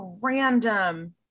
random